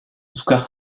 oscar